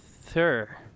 Sir